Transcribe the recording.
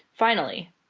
finally,